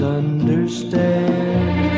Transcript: understand